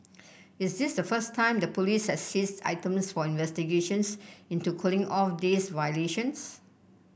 is this the first time the police has seized items for investigations into cooling off days violations